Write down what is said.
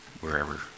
wherever